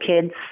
Kids